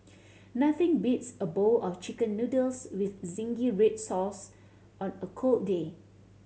nothing beats a bowl of Chicken Noodles with zingy red sauce on a cold day